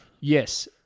Yes